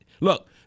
Look